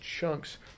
chunks